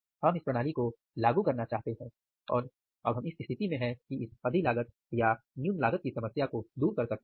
हम इस प्रणाली को लागू करना चाहते हैं और अब हम इस स्थिति में हैं कि हम अधि लागत या न्यून लागत की समस्या को दूर कर सकते हैं